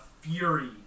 fury